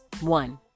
One